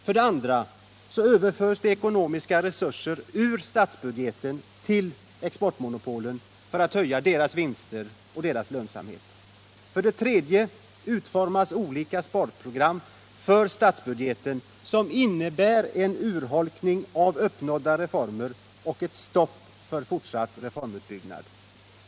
För det andra överförs ekonomiska resurser ur statsbudgeten till expertmonopolen för att höja deras vinster och lönsamhet. För det tredje utformas olika sparprogram för statsbudgeten, innebärande en urholkning av uppnådda reformer och stopp för fortsatt reformverksamhet.